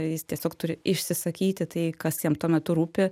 jis tiesiog turi išsisakyti tai kas jam tuo metu rūpi